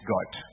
God